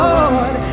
Lord